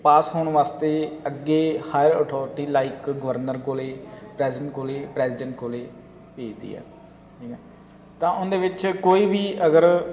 ਪਾਸ ਹੋਣ ਵਾਸਤੇ ਅੱਗੇ ਹਾਇਰ ਅਥੋਰਟੀ ਲਾਈਕ ਗਵਰਨਰ ਕੋਲੇ ਪ੍ਰੈਜੈਂਟ ਕੋਲੇ ਪ੍ਰੈਜੀਡੈਂਟ ਕੋਲੇ ਭੇਜਦੀ ਹੈ ਠੀਕ ਹੈ ਤਾਂ ਉਹਦੇ ਵਿੱਚ ਕੋਈ ਵੀ ਅਗਰ